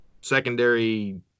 secondary